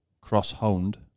cross-honed